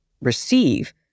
receive